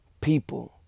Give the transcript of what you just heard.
people